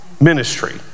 ministry